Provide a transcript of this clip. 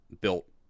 built